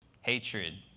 Hatred